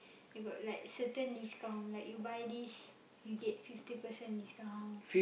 you got like certain discount like you buy this you get fifty percent discount